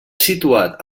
situat